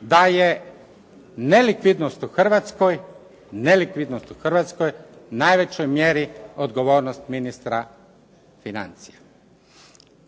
da je nelikvidnost u Hrvatskoj najvećoj mjeri odgovornost ministra financija.